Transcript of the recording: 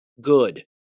Good